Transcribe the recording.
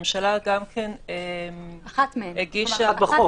שהממשלה הגישה --- אחת מהן נמצאת בתקנות ואחת בחוק.